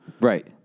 Right